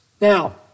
Now